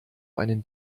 einen